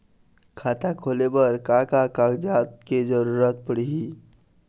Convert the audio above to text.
खाता खोले बर का का कागजात के जरूरत पड़ही?